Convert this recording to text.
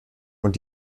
und